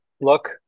look